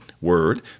word